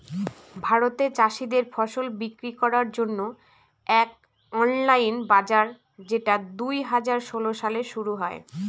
ভারতে চাষীদের ফসল বিক্রি করার জন্য এক অনলাইন বাজার যেটা দুই হাজার ষোলো সালে শুরু হয়